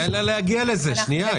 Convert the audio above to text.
תן לה להגיע לזה, שנייה.